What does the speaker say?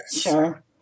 Sure